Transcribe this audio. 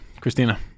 Christina